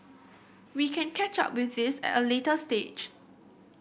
we can catch up with this at a later stage